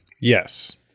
Yes